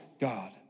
God